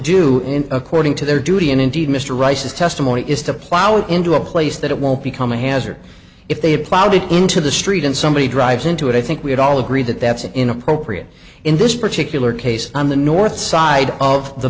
do according to their duty and indeed mr rice's testimony is to plow into a place that it won't become a hazard if they have plowed it into the street and somebody drives into it i think we'd all agree that that's inappropriate in this particular case on the north side of the